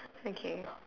okay